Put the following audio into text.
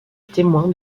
témoin